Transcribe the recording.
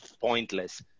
pointless